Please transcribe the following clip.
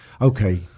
okay